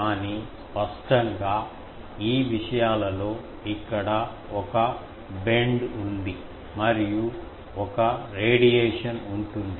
కానీ స్పష్టంగా ఈ విషయాలలో ఇక్కడ ఒక వంపు ఉంది మరియు ఒక రేడియేషన్ ఉంటుంది